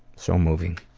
so moving.